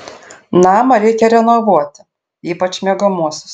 namą reikia renovuoti ypač miegamuosius